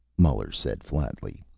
muller said flatly.